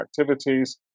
activities